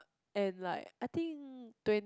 and like I think twen~